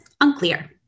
unclear